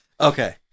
okay